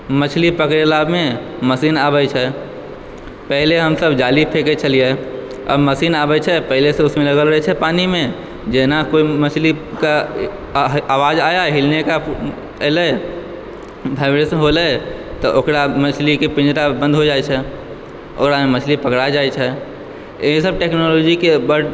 मछली पकड़ेलामे मशीन आबय छै पहिले हमसब जाली फेंकै छलिए आब मशीन आबै छै पहिले सॅं उसमे लागल रहै छै पानी मे जेना कोई मछली के आवाज़ आया हिलने का एलै वाइबरेशन होलै तऽ ओकरा मछली के पिंजरा बंद हो जाइ छै ओकरा मे मछली पकड़ा जाइ छै इएह सब टेक्नॉलजी के बड